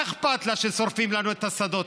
מה אכפת לה ששורפים לנו את השדות?